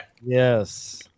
Yes